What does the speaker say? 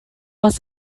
was